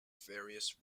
various